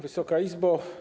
Wysoka Izbo!